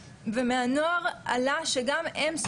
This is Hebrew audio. כשהם אפילו לא נמצאים שם כיום.